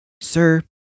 Sir